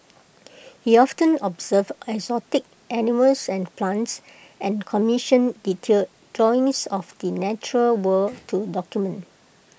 he often observed exotic animals and plants and commissioned detailed drawings of the natural world to document